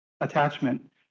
attachment